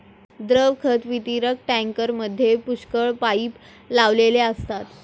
द्रव खत वितरक टँकरमध्ये पुष्कळ पाइप लावलेले असतात